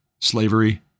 slavery